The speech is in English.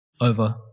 over